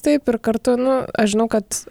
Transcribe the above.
taip ir kartu nu aš žinau kad